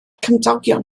cymdogion